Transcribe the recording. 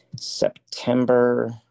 September